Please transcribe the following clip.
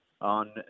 on